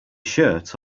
shirt